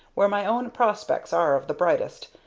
where my own prospects are of the brightest,